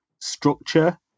structure